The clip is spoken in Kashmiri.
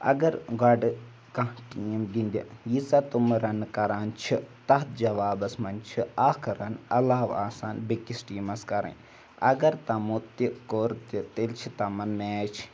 اگر گۄڈٕ کانٛہہ ٹیٖم گِنٛدِ ییٖژاہ تم رَنہٕ کَران چھِ تَتھ جوابَس منٛز چھِ اَکھ رَن علاو آسان بیٚیِکِس ٹیٖمَس کَرٕنۍ اگر تَمو تہِ کوٚر تہِ تیٚلہِ چھِ تمَن میچ